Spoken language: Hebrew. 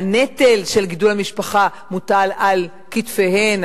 והנטל של גידול המשפחה מוטל על כתפיהן,